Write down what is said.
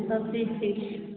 सब चीज ठीक छै